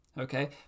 okay